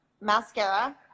mascara